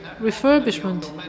refurbishment